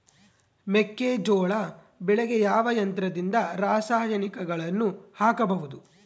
ಮೆಕ್ಕೆಜೋಳ ಬೆಳೆಗೆ ಯಾವ ಯಂತ್ರದಿಂದ ರಾಸಾಯನಿಕಗಳನ್ನು ಹಾಕಬಹುದು?